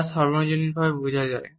যা সর্বজনীনভাবে বোঝা যায়